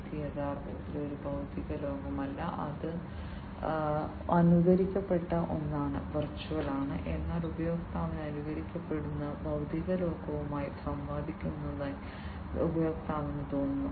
ഇത് യഥാർത്ഥത്തിൽ ഒരു ഭൌതിക ലോകമല്ല അത് അനുകരിക്കപ്പെട്ട ഒന്നാണ് വെർച്വൽ ആണ് എന്നാൽ ഉപയോക്താവ് അനുകരിക്കപ്പെടുന്ന ഭൌതിക ലോകവുമായി സംവദിക്കുന്നതായി ഉപയോക്താവിന് തോന്നുന്നു